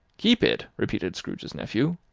keep it! repeated scrooge's nephew.